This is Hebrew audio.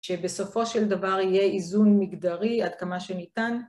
‫שבסופו של דבר יהיה איזון מגדרי ‫עד כמה שניתן.